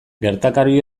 gertakari